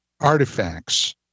artifacts